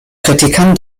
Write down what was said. kritikern